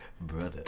brother